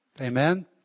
Amen